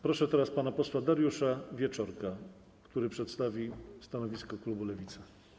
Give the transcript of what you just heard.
Proszę teraz pana posła Dariusza Wieczorka, który przedstawi stanowisko klubu Lewica.